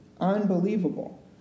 Unbelievable